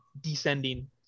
descending